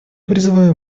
призываю